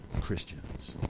Christians